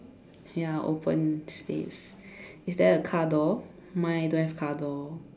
ya open space is there a car door mine don't have car door